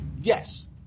Yes